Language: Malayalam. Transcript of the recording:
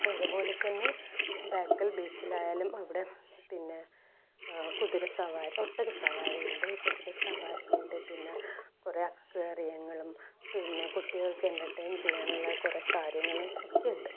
അതുപോലെ തന്നെ ബേക്കൽ ബീച്ചിലായാലും അവിടെ പിന്നെ കുതിരസവാരി ഒട്ടക സവാരിയുണ്ട് കുതിര സവാരിയുണ്ട് പിന്നെ കുറെ അക്വാറിയങ്ങളും പിന്നെ കുട്ടികൾക്ക് എൻറ്റെർടൈൻ ചെയ്യാനുള്ള കുറെ കാര്യങ്ങൾ ഒക്കെയുണ്ട്